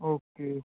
okay